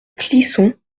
clisson